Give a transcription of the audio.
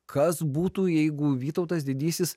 kas būtų jeigu vytautas didysis